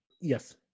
yes